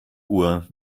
uhr